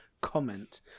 comment